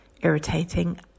irritating